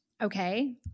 okay